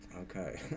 okay